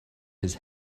his